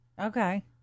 Okay